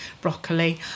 broccoli